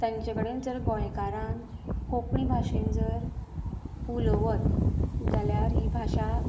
तांचे कडेन जर गोंयकारान कोंकणी भाशेन जर उलयत जाल्यार ही भाशा